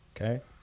Okay